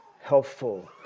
helpful